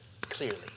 clearly